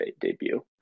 debut